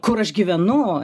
kur aš gyvenu